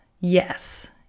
Yes